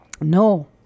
No